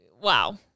Wow